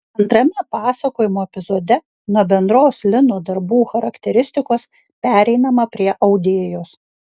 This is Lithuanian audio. antrame pasakojimo epizode nuo bendros lino darbų charakteristikos pereinama prie audėjos